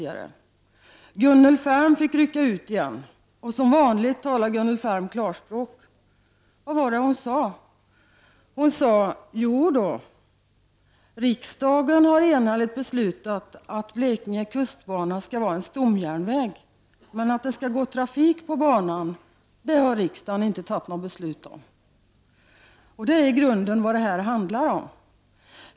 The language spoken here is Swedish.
Gunnel Färm fick rycka ut igen, och som vanligt talade hon klarspråk. Hon sade: Jodå, riksdagen har enhälligt beslutat att Blekinge kustbana skall vara en stomjärnväg, men att det skall gå trafik på banan har riksdagen inte tagit något beslut om. Det är vad detta i grunden handlar om.